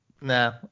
Nah